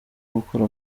gukora